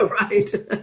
right